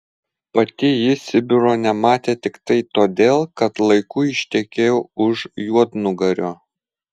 pati ji sibiro nepamatė tiktai todėl kad laiku ištekėjo už juodnugario